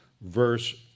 verse